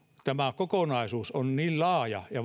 tämä kokonaisuus on niin laaja ja